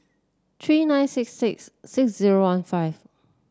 three nine six six six zero one five